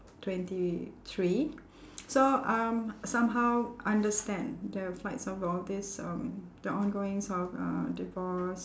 twenty three so I'm somehow understand the fights of all this um the ongoings of uh divorce